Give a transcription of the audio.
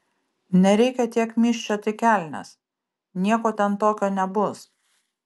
nereikia tiek myžčiot į kelnes nieko ten tokio nebus